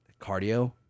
cardio